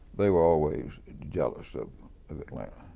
they were always jealous of of atlanta.